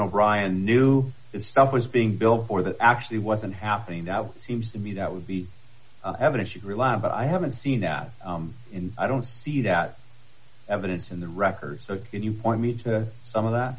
o'brian new stuff was being built or that actually wasn't happening seems to me that would be evidence you rely on but i haven't seen that in i don't see that evidence in the record so if you point me to some of that